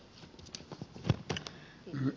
arvoisa puhemies